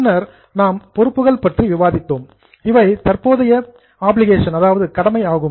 பின்னர் நாம் லியாபிலிடீஸ் பொறுப்புகள் பற்றி விவாதித்தோம் இவை தற்போதைய ஒப்ளிகேஷன் கடமை ஆகும்